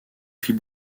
fil